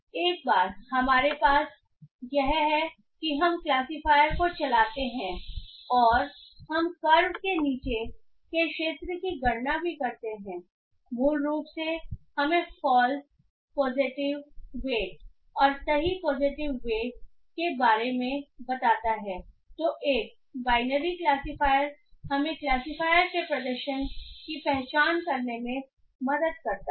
एक बार हमारे पास यह है कि हम इस क्लासिफायर को चलाते हैं और हम कर्व के नीचे के क्षेत्र की गणना भी करते हैं मूल रूप से हमें फॉल्स पॉजिटिव वेट और सही पॉजिटिव वेट के बारे में बताता है तो एक बायनरी क्लासिफायरियर हमें क्लासिफायर के प्रदर्शन की पहचान करने में मदद करता है